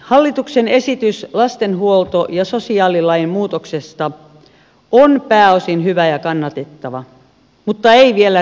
hallituksen esitys lastenhuolto ja sosiaalilain muutoksesta on pääosin hyvä ja kannatettava mutta ei vielä riittävä